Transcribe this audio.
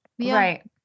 Right